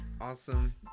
awesome